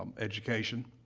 um education,